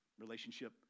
relationship